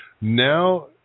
Now